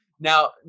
Now